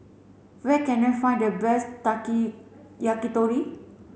where can I find the best Yakitori